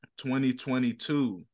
2022